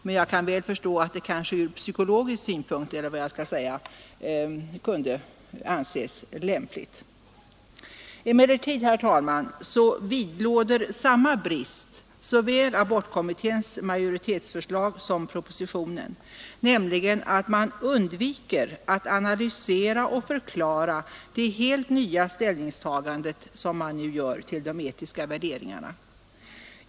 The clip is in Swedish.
Men jag kan väl förstå att det från psykologisk synpunkt kunde anses lämpligt. Emellertid, herr talman, vidlåder samma brist såväl abortkommitténs majoritetsförslag som propositionen. Man undviker att analysera och förklara det helt nya ställningstagande som man gör till de etiska värderingarna.